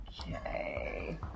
Okay